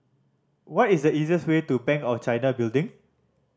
what is the easiest way to Bank of China Building